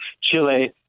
Chile